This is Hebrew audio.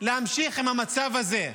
להמשיך עם המצב הזה,